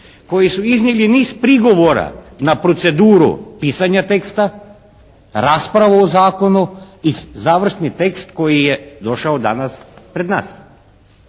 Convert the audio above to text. koji su iznijeli niz prigovora na proceduru pisanja teksta, raspravu o zakonu i završni tekst koji je došao danas pred nas.